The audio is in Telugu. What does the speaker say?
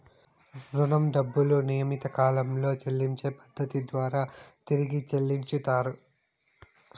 రుణం డబ్బులు నియమిత కాలంలో చెల్లించే పద్ధతి ద్వారా తిరిగి చెల్లించుతరు